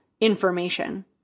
information